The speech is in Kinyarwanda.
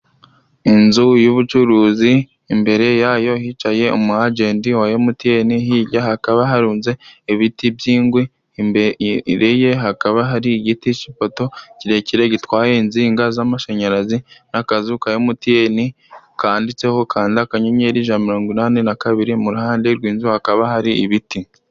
Inzu y'ubucuruzi imbere yayo hicaye umuajenti wa MTN hijya hakaba harunze ibiti by'ingwi, imbere ye hakaba hari igiti kipoto kirekire gitwaye inzinga z'amashanyarazi n'akazu ka MTN kanditseho kanda akanyenyeri ijana na mirongo inani na kabiri mu ruhande gw'inzu hakaba hari ibiti.